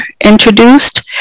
introduced